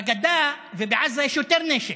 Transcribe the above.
בגדה ובעזה יש יותר נשק.